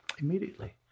Immediately